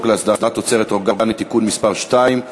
להסדרת תוצרת אורגנית (תיקון מס' 2),